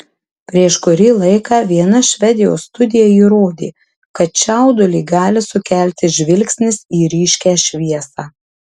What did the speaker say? prieš kurį laiką viena švedijos studija įrodė kad čiaudulį gali sukelti žvilgsnis į ryškią šviesą